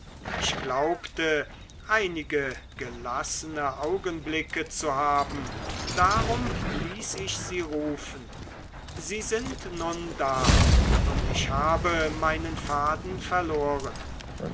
ich glaubte einige gelassene augenblicke zu haben darum ließ ich sie rufen sie sind nun da und ich habe meinen faden verloren